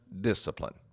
discipline